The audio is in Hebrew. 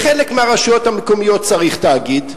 בחלק מהרשויות המקומיות צריך תאגיד,